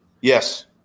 Yes